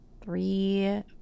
three